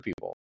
people